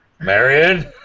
Marion